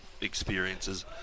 experiences